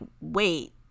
wait